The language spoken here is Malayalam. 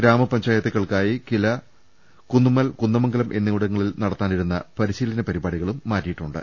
ഗ്രാമപഞ്ചായത്തുകൾക്കായി കില കുന്നുമ്മൽ കുന്ദ മംഗലം എന്നിവിടങ്ങളിൽ നടത്താനിരുന്ന പരിശീലന പരിപാടികളും മാറ്റി യിട്ടുണ്ട്